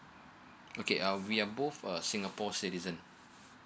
okay uh we are both uh singapore citizen